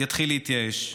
יתחיל להתייאש.